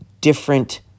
different